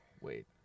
Wait